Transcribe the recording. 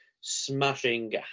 smashing